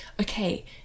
okay